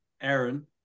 Aaron